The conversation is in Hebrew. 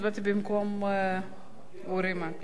סעיפים 1 3